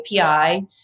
API